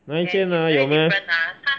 那一间 ah 有 meh